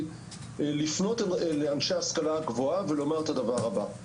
לפנות לאנשי ההשכלה הגבוהה ולמר את הדבר הבא.